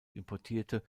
importierte